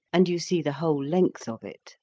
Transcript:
and you see the whole length of it